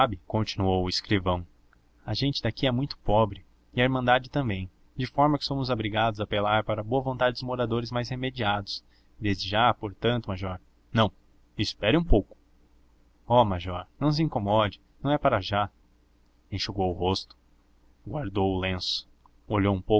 continuou o escrivão a gente daqui é muito pobre e a irmandade também de forma que somos obrigados a apelar para a boa vontade dos moradores mais remediados desde já portanto major não espere um pouco oh major não se incomode não é para já enxugou o suor guardou o lenço olhou um